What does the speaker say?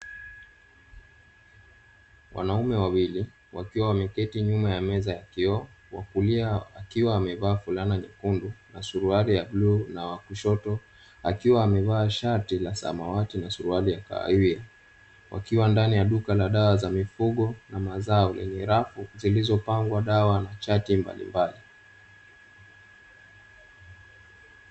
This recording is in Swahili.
Wanaume wawili wakiwa wameketi nyuma ya meza ya kioo, wa kulia akiwa amevaa fulana nyekundu na suruali ya bluu, na wa kushoto akiwa amevaa shati la samawati na suruali ya kahawia, wakiwa ndani ya duka la dawa za mifugo na mazao yenye rafu zilizopangwa dawa na chati mbalimbali.